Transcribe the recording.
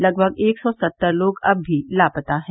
लगभग एक सौ सत्तर लोग अब भी लापता हैं